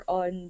on